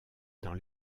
dans